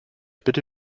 bitte